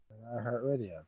iHeartRadio